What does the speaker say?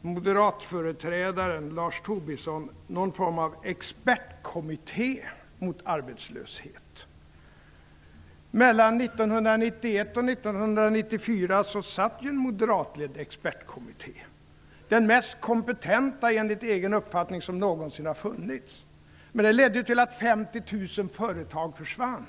moderatföreträdaren Lars Tobisson någon form av expertkommitté mot arbetslösheten. Mellan 1991 och 1994 satt ju en moderatledd expertkommitté - den, enligt egen uppfattning, mest kompetenta som någonsin funnits. Men det här ledde till att 50 000 företag försvann.